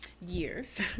years